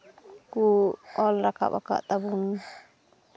ᱠᱚ ᱚᱞ ᱨᱟᱠᱟᱵ ᱟᱠᱟᱫ ᱛᱟᱵᱚᱱ